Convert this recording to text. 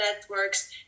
networks